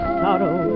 sorrow